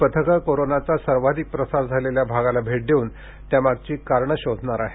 ही पथकं कोरोनाचा सर्वाधिक प्रसार झालेल्या भागाला भेट देऊन त्यामागची कारणं शोधणार आहेत